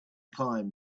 climbed